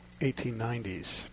1890s